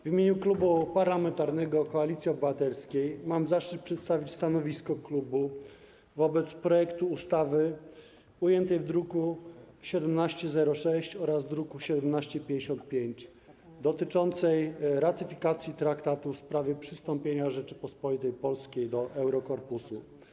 W imieniu Klubu Parlamentarnego Koalicja Obywatelska mam zaszczyt przedstawić stanowisko klubu wobec projektu ustawy ujętej w druku nr 1706 oraz w druku nr 1755, dotyczącej ratyfikacji traktatu w sprawie przystąpienia Rzeczypospolitej Polskiej do Eurokorpusu.